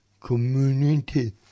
community